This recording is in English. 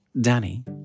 Danny